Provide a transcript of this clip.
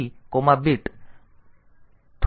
તેથી તે આ છે અને થોડીક સાથે લોજિકલ કેરી છે